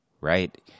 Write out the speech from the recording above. right